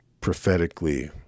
prophetically